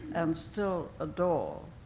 and still adore,